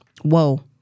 Whoa